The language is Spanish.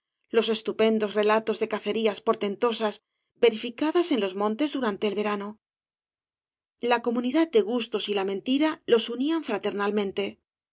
ios estupendo relatos de cacerías portentosas verificadas en los montes durante el verano hx comunidad de gustos y la mentira los unían fraternalmente